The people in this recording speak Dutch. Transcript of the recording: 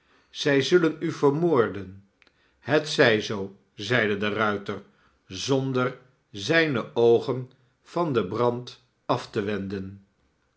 zij zullen u vermoorden het zij zoo zeide de ruiter zonder zijne oogen van den brand afte wenden